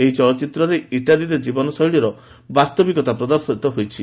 ସେହି ଚଳଚ୍ଚିତ୍ରରେ ଇଟାଲୀରେ ଜୀବନଶୈଳୀର ବାସ୍ତବିକତା ପ୍ରଦର୍ଶିତ ହୋଇଛି